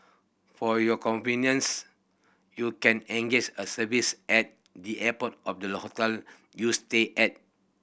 for your convenience you can engage a service at the airport or the hotel you stay at